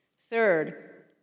Third